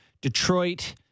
Detroit-